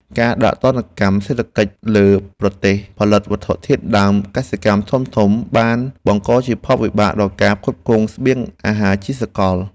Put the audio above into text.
ការដាក់ទណ្ឌកម្មសេដ្ឋកិច្ចលើប្រទេសផលិតវត្ថុធាតុដើមកសិកម្មធំៗបានបង្កជាផលវិបាកដល់ការផ្គត់ផ្គង់ស្បៀងអាហារជាសកល។